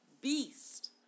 beast